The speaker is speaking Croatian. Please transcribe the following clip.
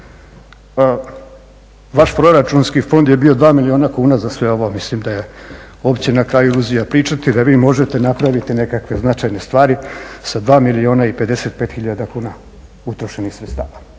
vaš proračunski fond je bio dva milijuna kuna za sve ovo, mislim da je opća na kraju iluzija pričati da vi možete napraviti nekakve značajne stvari sa 2 milijuna i 55 hiljada kuna utrošenih sredstava.